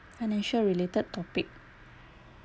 financial related topic